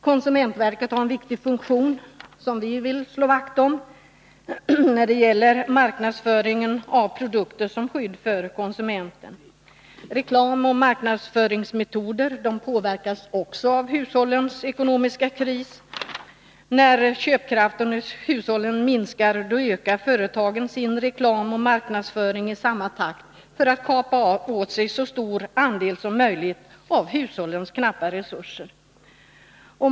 Konsumentverket har en viktig funktion — vilken vi vill slå vakt om — som skydd för konsumenten när det gäller marknadsföringen av produkter. Reklam och marknadsföringsmetoder påverkas också av hushållens ekonomiska kris. När köpkraften hos hushållen minskar ökar företagen sin reklam och sin marknadsföring i samma takt, för att kapa åt sig så stor andel som möjligt av hushållens knappa resurser.